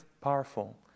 powerful